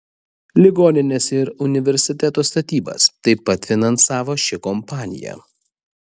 ligoninės ir universiteto statybas taip pat finansavo ši kompanija